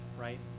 right